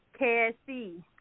KSC